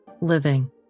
living